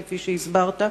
כפי שהסברת,